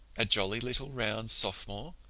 a jolly, little, round sophomore,